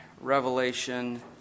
Revelation